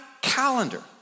calendar